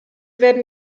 werden